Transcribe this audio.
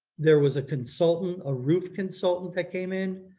there was a consultant, a roof consultant that came in,